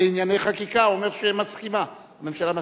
אומר שהממשלה מסכימה.